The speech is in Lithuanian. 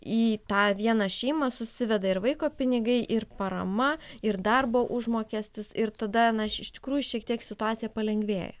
į tą vieną šeimą susiveda ir vaiko pinigai ir parama ir darbo užmokestis ir tada na aš iš tikrųjų šiek tiek situacija palengvėja